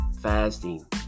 Fasting